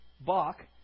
Bach